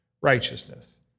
righteousness